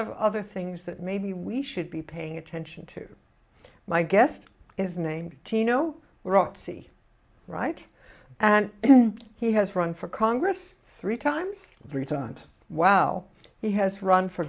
of other things that maybe we should be paying attention to my guest is named dino rossi right and he has run for congress three times three times wow he has run for